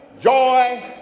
joy